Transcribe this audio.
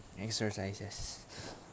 exercises